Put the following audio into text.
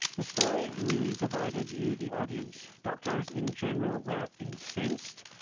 the story really divided you, the audience. doctors in general were incensed.